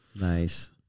Nice